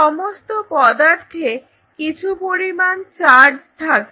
সমস্ত পদার্থে কিছু পরিমাণ চার্জ থাকে